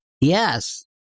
Yes